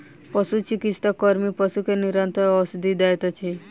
पशुचिकित्सा कर्मी पशु के निरंतर औषधि दैत अछि